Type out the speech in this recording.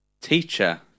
Teacher